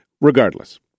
Regardless